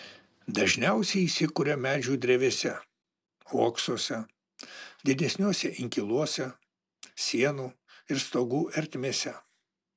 dažniausiai įsikuria medžių drevėse uoksuose didesniuose inkiluose sienų ir stogų ertmėse